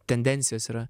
tendencijos yra